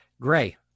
Gray